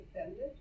offended